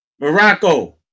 Morocco